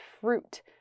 fruit